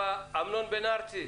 אחרי נתק גז,